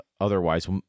otherwise